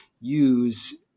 use